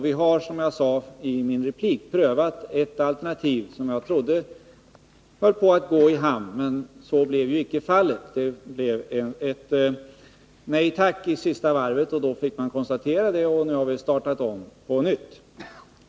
Vi har, som jag sade i min replik, prövat ett alternativ som jag trodde höll på att gå i hamn. Men så blev icke fallet — det blev ett nej tack i sista varvet. Vi fick konstatera det, och nu har man startat på nytt.